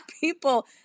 people